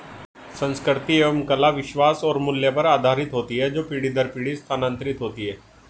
संस्कृति एवं कला विश्वास और मूल्य पर आधारित होती है जो पीढ़ी दर पीढ़ी स्थानांतरित होती हैं